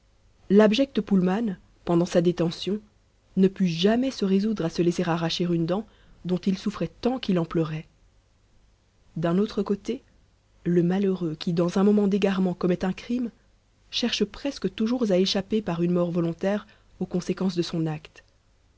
l'abject poulman pendant sa détention ne put jamais se résoudre à se laisser arracher une dent dont il souffrait tant qu'il en pleurait d'un autre côté le malheureux qui dans un moment d'égarement commet un crime cherche presque toujours à échapper par une mort volontaire aux conséquences de son acte